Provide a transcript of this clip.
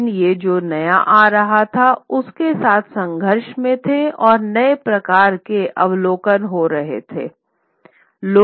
लेकिन ये जो नया आ रहा था उसके साथ संघर्ष में थे और नए प्रकार के अवलोकन हो रहे थे